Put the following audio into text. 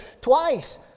twice